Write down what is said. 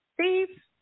Steve